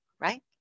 right